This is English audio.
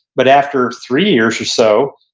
but after three years or so,